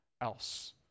else